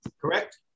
Correct